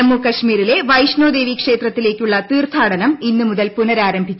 ജമ്മു കാശ്മീലെ വൈഷ്ണോദേവീ ക്ഷേത്രത്തിലേക്കുള്ള തീർത്ഥാടനം ഇന്ന് മുതൽ പുനരാരംഭിച്ചു